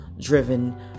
driven